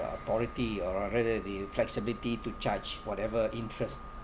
authority or or rather the flexibility to charge whatever interest